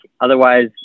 otherwise